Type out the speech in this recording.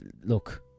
Look